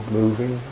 moving